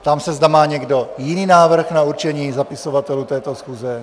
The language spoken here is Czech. Ptám se, zda má někdo jiný návrh na určení zapisovatelů této schůze?